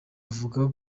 avuga